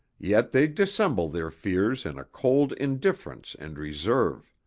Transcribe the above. yet they dissemble their fears in a cold indifference and reserve.